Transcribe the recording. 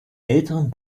älteren